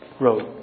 wrote